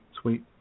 Sweet